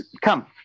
come